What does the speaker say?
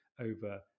over